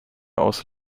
aus